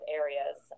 areas